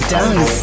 Dance